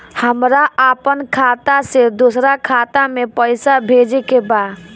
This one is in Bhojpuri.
हमरा आपन खाता से दोसरा खाता में पइसा भेजे के बा